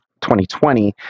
2020